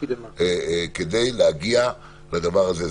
כדי להגיע לדבר הזה.